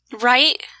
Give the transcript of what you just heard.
Right